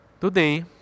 Today